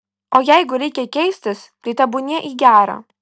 o jeigu reikia keistis tai tebūnie į gera